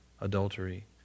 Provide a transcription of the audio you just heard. adultery